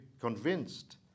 convinced